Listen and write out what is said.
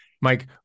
Mike